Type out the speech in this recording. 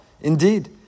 Indeed